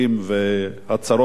והצרות הן רבות.